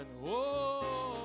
whoa